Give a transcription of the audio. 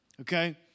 Okay